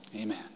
amen